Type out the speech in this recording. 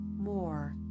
more